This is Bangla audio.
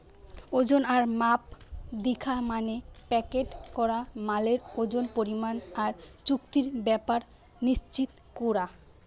ওজন আর মাপ দিখা মানে প্যাকেট করা মালের ওজন, পরিমাণ আর চুক্তির ব্যাপার নিশ্চিত কোরা